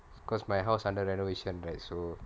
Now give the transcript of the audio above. because my house under renovation right so